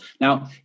Now